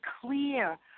clear